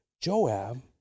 Joab